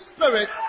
Spirit